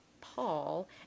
Paul